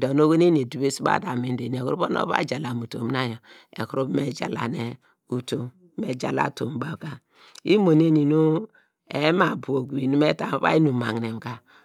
do nu oho mi eni eduvese baw te amin dor evon ova jalam utom na yor ekuru von me jalane utomn, me jalane utomn baw ka, imo neni nu ema buw okuvey nu me ta mu uvia inum magne ka.